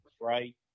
Right